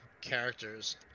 characters